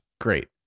great